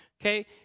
Okay